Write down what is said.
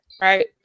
right